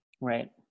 right